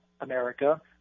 America